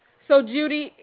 so judy,